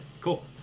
Cool